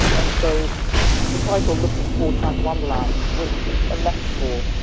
and so the title looking for transwonderland was a metaphor.